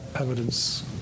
evidence